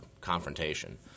confrontation